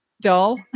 dull